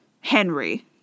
Henry